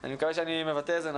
אני מקווה שאני מבטא את זה נכון,